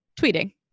tweeting